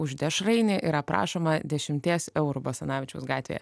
už dešrainį yra prašoma dešimties eurų basanavičiaus gatvėje